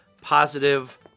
positive